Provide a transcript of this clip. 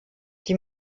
die